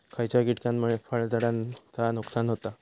खयच्या किटकांमुळे फळझाडांचा नुकसान होता?